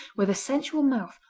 with a sensual mouth,